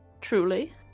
Truly